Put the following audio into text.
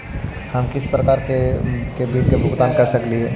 हम किसी भी प्रकार का बिल का भुगतान कर सकली हे?